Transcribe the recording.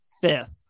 Fifth